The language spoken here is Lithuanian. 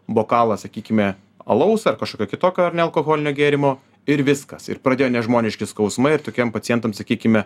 bokalą sakykime alaus ar kažkokio kitokio ar ne alkoholinio gėrimo ir viskas ir pradėjo nežmoniški skausmai ir tokiem pacientam sakykime